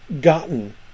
gotten